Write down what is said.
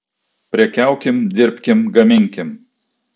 prekiaukim dirbkim gaminkim